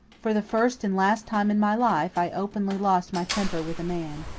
for the first and last time in my life, i openly lost my temper with a man.